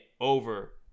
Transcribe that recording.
over